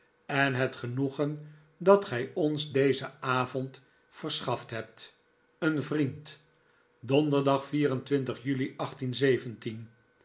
en het genoegen dat gij ons dezend avond verschaft hebt een vriend donderdag juli